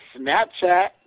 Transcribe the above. snapchat